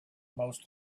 most